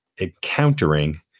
encountering